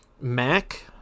Mac